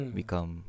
become